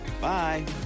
Bye